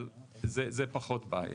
אבל זו פחות בעיה.